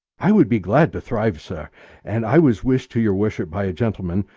i would be glad to thrive, sir and i was wish'd to your worship by a gentleman,